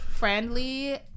friendly